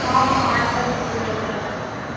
ହଁ ହଁ ଆଠଟା ଭିତରେ ଦରକାର